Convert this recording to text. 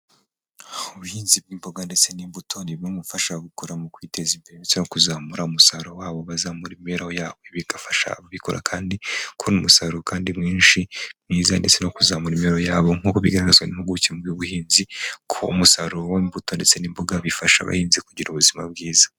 Ubuhinzi bw'imboga ndetse n'imbuto ni bumwe mu bufasha ababukora mu kwiteza imbere ndetse no kuzamura umusaruro wabo bazamura imibereho yabo. Ibi bigafasha ababikora kandi kubona umusaruro kandi mwinshi mwiza ndetse no kuzamura imibereho yabo nk'uko bigaragazwa n'impuguke mu by'ubuhinzi ko umusaruro w'imbuto ndetse n'imboga bifasha abahinzi kugira ubuzima bwiza.